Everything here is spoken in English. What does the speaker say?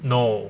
no